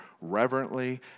reverently